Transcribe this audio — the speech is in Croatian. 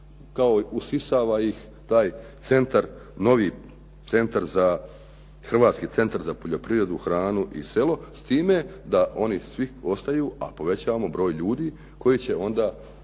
kao usisava ih taj novi centar za Hrvatski centar za poljoprivredu, hranu i selo s time da oni svi ostaju, a povećavamo broj ljudi koji će onda